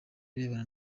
ibirebana